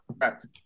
Correct